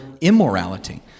immorality